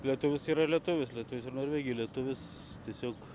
lietuvis yra lietuvis lietuvis ir norvegijoj lietuvis tiesiog